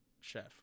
chef